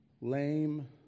lame